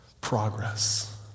progress